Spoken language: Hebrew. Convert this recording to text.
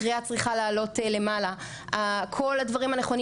הקריאה צריכה לעלות למעלה כל הדברים הנכונים